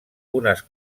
unes